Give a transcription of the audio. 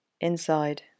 Inside